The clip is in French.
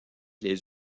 les